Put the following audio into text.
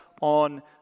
on